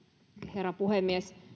herra puhemies